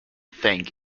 think